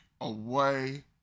away